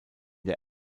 der